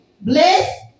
bless